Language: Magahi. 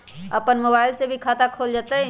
अपन मोबाइल से भी खाता खोल जताईं?